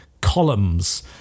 columns